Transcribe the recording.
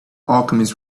alchemist